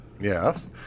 Yes